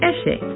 Eshe